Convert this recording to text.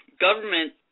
government